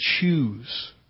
choose